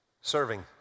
serving